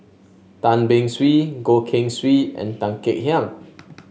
Tan Beng Swee Goh Keng Swee and Tan Kek Hiang